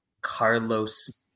carlos